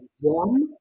one